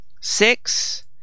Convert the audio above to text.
six